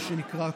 מה שנקרא,